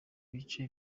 bice